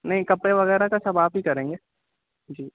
نہیں کپڑے وغیرہ کا سب آپ ہی کریں گے جی